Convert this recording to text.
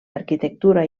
arquitectura